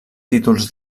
títols